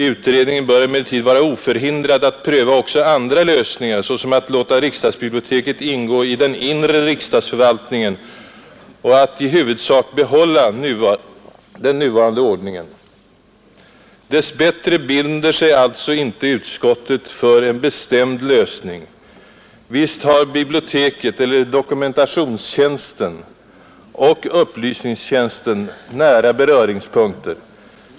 Utredningen bör emellertid vara oförhindrad att pröva också andra lösningar, såsom att låta riksdagsbiblioteket ingå i den ”inre” riksdagsförvaltningen och att i huvudsak behålla nuvarande ordning.” Dess bättre binder sig alltså utskottet inte för en bestämd lösning. Visst har biblioteket eller dokumentationstjänsten och upplysningstjänsten nära beröringspunkter.